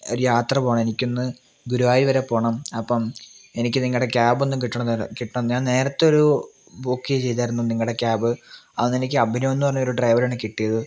ഒരു യാത്ര പോവണം എനിക്കൊന്ന് ഗുരുവായൂർ വരെ പോവണം അപ്പം എനിക്ക് നിങ്ങളുടെ ക്യാബ് ഒന്ന് കിട്ടണം കിട്ടു ഞാൻ നേരത്തെ ഒരു ബുക്ക് ചെയ്തായിരുന്നു നിങ്ങളുടെ ക്യാബ് അന്ന് എനിക്ക് അഭിനവ് എന്നൊരു ഡ്രൈവറെ ആണ് കിട്ടിയത്